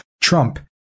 Trump